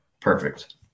Perfect